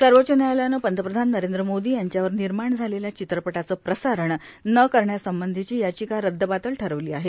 सर्वोच्च न्यायालयानं पंतप्रधान नरेंद्र मोदी यांच्यावर निर्माण झालेल्या चित्रपटाचं प्रसारण न करण्यासंबंधीची याचिका रद्दबातल ठरविली आहे